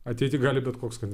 ateityje gali bet koks kad